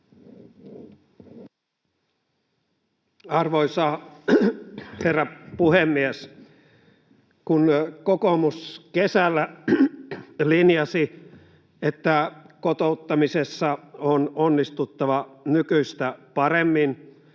Arvoisa herra puhemies! Kun kokoomus kesällä linjasi, että kotouttamisessa on onnistuttava nykyistä paremmin